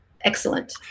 excellent